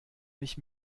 mich